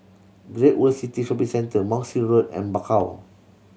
Great World City Shopping Centre Monk's Road and Bakau